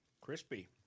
Crispy